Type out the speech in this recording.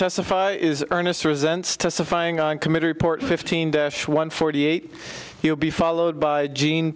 testify is ernest resents testifying on committee report fifteen one forty eight he will be followed by gene